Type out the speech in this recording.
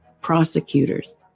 prosecutors